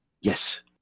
Yes